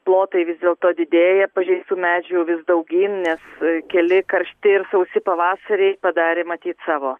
plotai vis dėlto didėja pažeistų medžių vis daugyn nes keli karšti ir sausi pavasariai padarė matyt savo